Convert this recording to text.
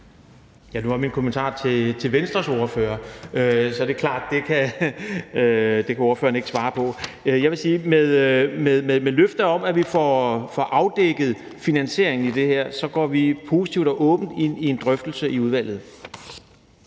Nu var min kommentar til Venstres ordfører, så det er klart, at spørgeren ikke kan svare på det. Med løfte om, at vi får afdækket finansieringen i det, vil jeg sige, at vi går positivt og åbent ind i en drøftelse i udvalget.